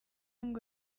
ngo